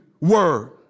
word